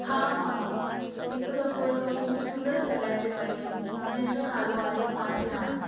हा मां हिकु दफ़ो हिकु ख़ुबसूरत जॻहि ते वियमि जंहिंजो नालो आहे माथेरान